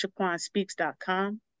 ShaquanSpeaks.com